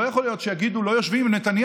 לא יכול להיות שיגידו: לא יושבים עם נתניהו,